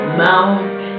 mount